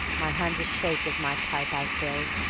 my hand's a-shake as my pipe i fill.